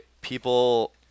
people